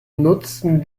nutzen